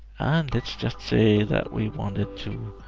let's just say that we wanted to